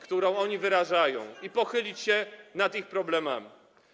którą oni wyrażają, i pochylić się nad ich problemami.